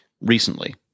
recently